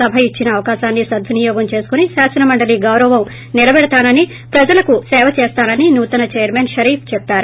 ప్రసభ ఇచ్చిన అవకాశాన్ని సద్వినియోగం చేసుకుని శాసనమండలి గౌరవం నిలబెడతానని ప్రజలకు సేవ చేస్తానని నూతన చైర్మన్ షరీఫ్ చెప్పారు